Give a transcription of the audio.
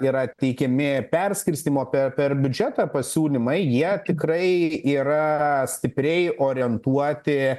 yra teikiami perskirstymo pe per biudžetą pasiūlymai jie tikrai yra stipriai orientuoti